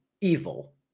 evil